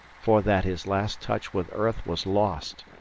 for that his last touch with earth was lost.